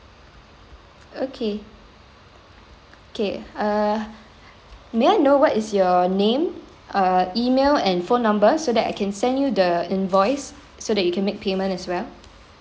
okay okay err may I know what is your name err email and phone number so that I can send you the invoice so that you can make payment as well